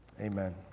Amen